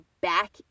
back